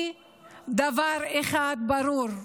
דבר אחד ברור: